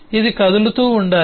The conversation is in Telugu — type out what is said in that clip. ఇది కదులుతూ ఉండాలి